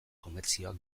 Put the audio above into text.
komertzioak